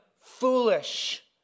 foolish